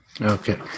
okay